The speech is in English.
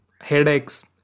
headaches